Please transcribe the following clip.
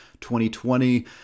2020